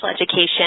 education